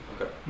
Okay